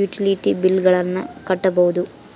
utility bill ಗಳನ್ನ ಕಟ್ಟಬಹುದು